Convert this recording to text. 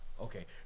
Okay